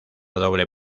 doble